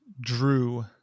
drew